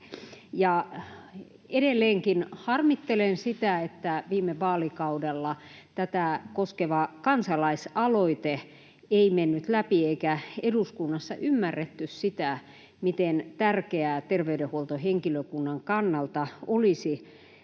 Edelleenkin harmittelen sitä, että viime vaalikaudella tätä koskeva kansalaisaloite ei mennyt läpi eikä eduskunnassa ymmärretty sitä, miten tärkeää terveydenhuoltohenkilökunnan kannalta olisi saada